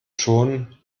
schonen